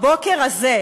הבוקר הזה,